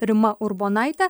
rima urbonaitė